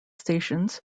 stations